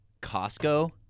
Costco